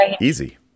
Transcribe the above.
easy